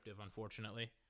unfortunately